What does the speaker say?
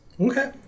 Okay